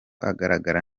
agaragara